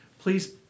please